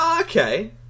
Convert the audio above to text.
okay